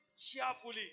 cheerfully